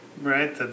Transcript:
right